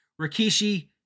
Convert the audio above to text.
Rikishi